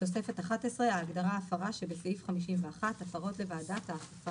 תוספת אחת עשרה (ההגדרה "הפרה" שבסעיף 51) הפרות לוועדת האכיפה